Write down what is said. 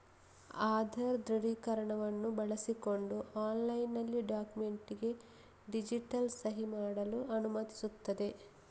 ಆಧಾರ್ ದೃಢೀಕರಣವನ್ನು ಬಳಸಿಕೊಂಡು ಆನ್ಲೈನಿನಲ್ಲಿ ಡಾಕ್ಯುಮೆಂಟಿಗೆ ಡಿಜಿಟಲ್ ಸಹಿ ಮಾಡಲು ಅನುಮತಿಸುತ್ತದೆ